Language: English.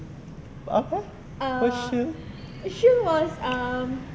apa eh